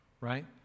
right